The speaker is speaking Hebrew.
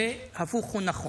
וההפך הוא נכון.